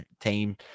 team